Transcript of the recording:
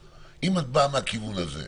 הן לא מופיעות בהגדרה של פעוטונים?